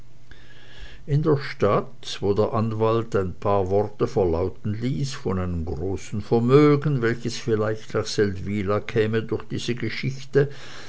in der stadt wo der anwalt ein paar worte verlauten ließ von einem großen vermögen welches vielleicht nach seldwyla käme durch diese geschichte